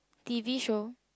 t_v show